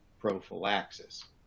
prophylaxis